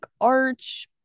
Arch